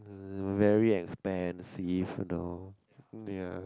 very expensive you know ya